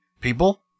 People